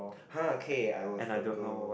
!huh! K I was circle